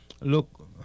look